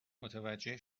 متوجه